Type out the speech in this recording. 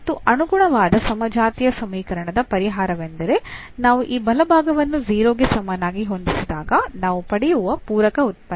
ಮತ್ತು ಅನುಗುಣವಾದ ಸಮಜಾತೀಯ ಸಮೀಕರಣದ ಪರಿಹಾರವೆಂದರೆ ನಾವು ಈ ಬಲಭಾಗವನ್ನು 0 ಗೆ ಸಮನಾಗಿ ಹೊಂದಿಸಿದಾಗ ನಾವು ಪಡೆಯುವ ಪೂರಕ ಉತ್ಪನ್ನ